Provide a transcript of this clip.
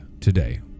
today